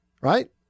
right